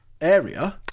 area